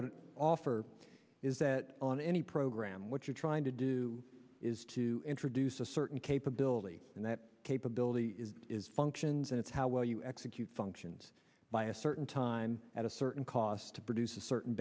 would offer is that on any program what you're trying to do is to introduce a certain capability and that capability is is functions and it's how well you execute functions by a certain time at a certain cost to produce a certain